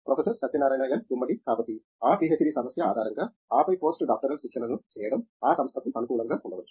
professor Satyanarayana N Gummadi కాబట్టి ఆ PhD సమస్య ఆధారంగా ఆపై పోస్ట్ డాక్టరల్ శిక్షణను చేయడం ఆ సంస్థకు అనుకూలంగా ఉండవచ్చు